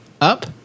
Up